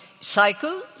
cycle